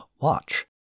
watch